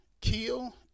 kill